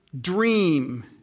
dream